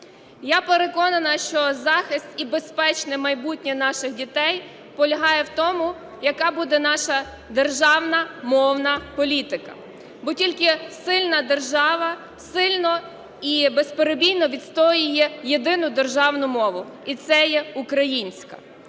Я переконана, що захист і безпечне майбутнє наших дітей полягає в тому, яка буде наша державна мовна політика. Бо тільки сильна держава сильно і безперебійно відстоює єдину державну мову – і це є українська.